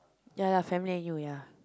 ya lah family and you ya